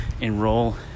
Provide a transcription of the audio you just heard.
enroll